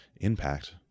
impact